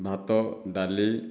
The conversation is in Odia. ଭାତ ଡାଲି